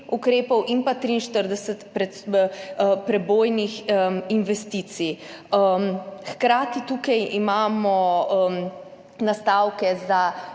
ukrepov in 43 prebojnih investicij. Hkrati imamo tukaj nastavke za